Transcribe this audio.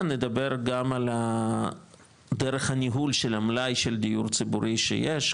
נדבר גם על דרך הניהול של המלאי של הדיור הציבורי שיש,